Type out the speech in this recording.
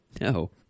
No